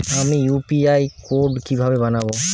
আমি UPI code কিভাবে বানাব?